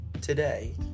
today